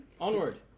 Onward